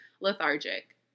Lethargic